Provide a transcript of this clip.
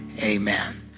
Amen